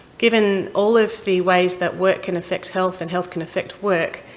given all of the ways that work can affect health and health can affect work,